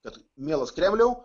kad mielas kremliau